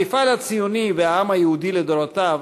המפעל הציוני והעם היהודי לדורותיו